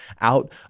out